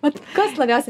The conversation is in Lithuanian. vat kas labiausiai